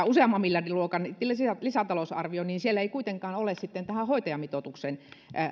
useamman miljardin luokan lisätalousarvio siellä ei kuitenkaan ole sitten tähän hoitajamitoitukseen